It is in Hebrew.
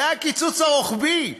זה הקיצוץ הרוחבי.